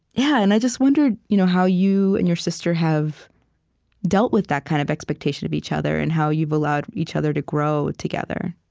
yeah and i just wondered you know how you and your sister have dealt with that kind of expectation of each other and how you've allowed each other to grow together